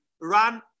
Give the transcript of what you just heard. run